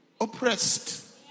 oppressed